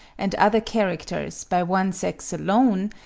and other characters by one sex alone,